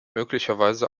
möglicherweise